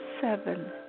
seven